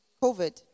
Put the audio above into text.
Covid